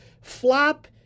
Flop